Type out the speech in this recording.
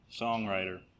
songwriter